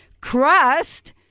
Crust